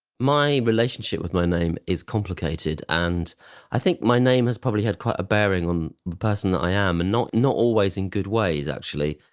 my relationship with my name is complicated, and i think my name has probably had quite a bearing on the person that i am and not always always in good ways actually.